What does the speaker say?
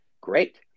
great